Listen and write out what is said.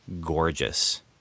gorgeous